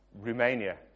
Romania